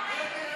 ההצעה להסיר